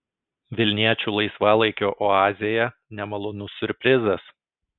vilniečių laisvalaikio oazėje nemalonus siurprizas